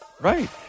right